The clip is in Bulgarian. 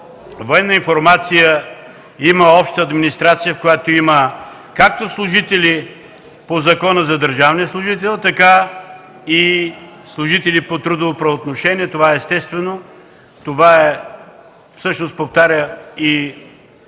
”Военна информация”, има „Обща администрация”, в които има както служители по Закона за държавния служител, така и служители по трудово правоотношение. Това е естествено, всъщност това повтаря и